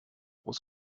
was